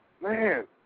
Man